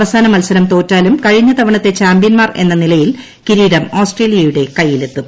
അവസാന മത്സരം തോറ്റാലും കഴിഞ്ഞ തവണത്തെ ചാമ്പ്യൻമാർ എന്ന നിലയിൽ കിരീടം ഓസ്ട്രേലിയയുടെ കൈയ്യിലെത്തും